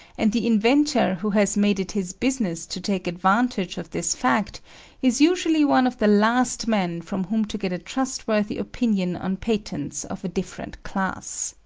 and the inventor who has made it his business to take advantage of this fact is usually one of the last men from whom to get a trustworthy opinion on patents of a different class.